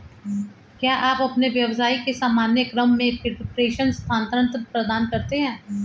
क्या आप अपने व्यवसाय के सामान्य क्रम में प्रेषण स्थानान्तरण प्रदान करते हैं?